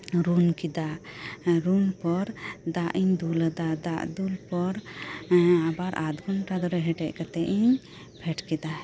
ᱨᱩᱱ ᱠᱮᱫᱟ ᱨᱩᱱ ᱯᱚᱨ ᱫᱟᱜ ᱤᱧ ᱫᱩᱞ ᱟᱫᱟ ᱫᱟᱜ ᱫᱩᱞ ᱯᱚᱨ ᱟᱵᱟᱨ ᱟᱫᱷᱼᱜᱷᱚᱱᱴᱟ ᱫᱷᱚᱨᱮ ᱦᱮᱰᱮᱡ ᱠᱟᱛᱮᱜ ᱤᱧ ᱯᱷᱮᱰ ᱠᱮᱫᱟ